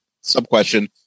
Sub-question